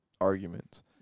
arguments